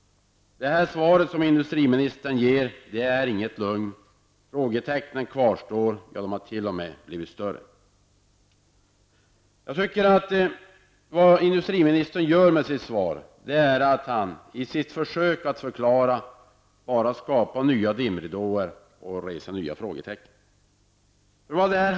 Det svar som industriministern 10 har lämnat innebär inget lugn. Frågetecknen kvarstår, eller har t.o.m. blivit större. I sitt försök att förklara skapar industriministern bara nya dimridåer och reser nya frågor.